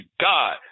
God